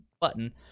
button